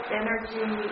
energy